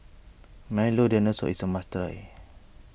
Milo Dinosaur is a must try